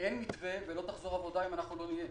אין מתווה ולא תחזור העבודה אם אנחנו לא נהיה.